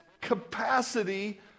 capacity